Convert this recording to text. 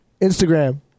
instagram